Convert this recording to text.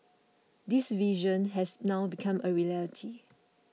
this vision has now become a reality